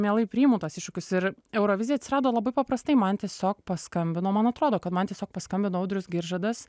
mielai priimu tuos iššūkius ir eurovizija atsirado labai paprastai man tiesiog paskambino man atrodo kad man tiesiog paskambino audrius giržadas